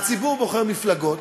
הציבור בוחר מפלגות,